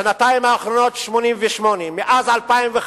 בשנתיים האחרונות, 88, מאז 2005,